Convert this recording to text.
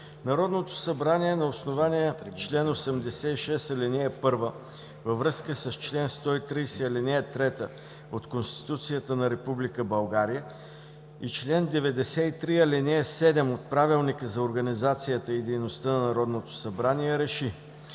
Народното събрание на основание чл. 86, ал. 1 във връзка с чл. 130, ал. 3 от Конституцията на Република България и чл. 93, ал. 7 от Правилника за организацията и дейността на Народното събрание